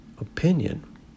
opinion